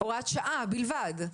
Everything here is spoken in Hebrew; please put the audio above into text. שעה בלבד,